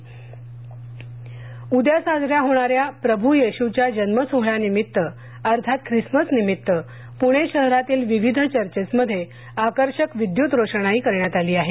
Christmas उद्या साजऱ्या होणाऱ्या प्रभूयेशूच्या जन्मसोहळ्यानिमित्त अर्थात ख्रिसमस निमित्त पुणे शहरातील विविध चर्चमध्ये आकर्षक विद्यूत रोषणाई करण्यात आली आहे